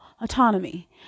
autonomy